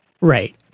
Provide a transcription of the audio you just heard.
Right